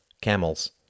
camels